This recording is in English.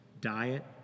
diet